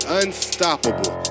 unstoppable